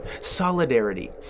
solidarity